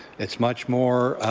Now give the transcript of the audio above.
it's much more